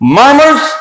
murmurs